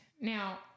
Now